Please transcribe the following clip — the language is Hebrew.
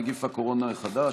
נגיף הקורונה החדש),